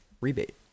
rebate